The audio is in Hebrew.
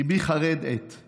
ליבי חרד עת /